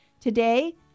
today